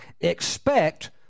Expect